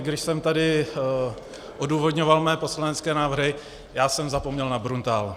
Když jsem tady odůvodňoval své poslanecké návrhy, já jsem zapomněl na Bruntál.